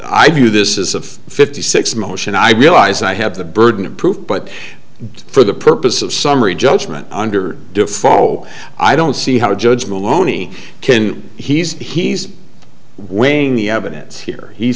view this is of fifty six motion i realize i have the burden of proof but for the purpose of summary judgment under do follow i don't see how to judge maloney can he's he's weighing the evidence here he's